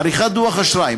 עריכת דוח אשראי,